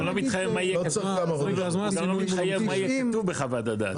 הוא גם לא מתחייב מה יהיה כתוב בחוות הדעת.